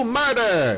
murder